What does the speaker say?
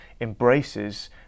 embraces